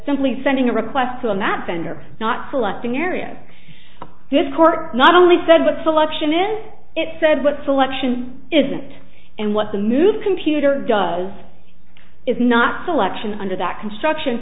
simply sending a request to them that vendor not selecting area this court not only said but selection in it said what selection isn't and what the new computer does is not selection under that construction